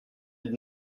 aide